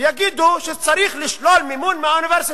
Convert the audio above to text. ויגידו שצריך לשלול מימון מהאוניברסיטה.